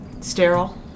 sterile